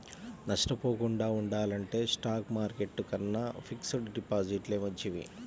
నష్టపోకుండా ఉండాలంటే stock market కన్నా ఫిక్స్డ్ డిపాజిట్లే మంచివి